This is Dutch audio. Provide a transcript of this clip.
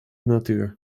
natuur